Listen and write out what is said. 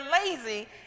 lazy